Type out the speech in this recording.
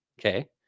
Okay